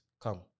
come